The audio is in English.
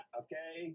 okay